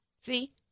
see